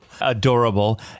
adorable